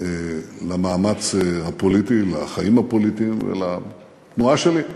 למאמץ הפוליטי, לחיים הפוליטיים ולתנועה שלי.